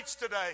today